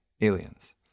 aliens